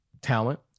talent